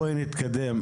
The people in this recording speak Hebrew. בואי נתקדם.